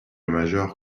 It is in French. majeur